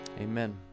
Amen